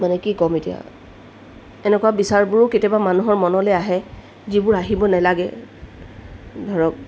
মানে কি ক'ম এতিয়া এনেকুৱা বিচাৰবোৰো কেতিয়াবা মানুহৰ মনলৈ আহে যিবোৰ আহিব নালাগে ধৰক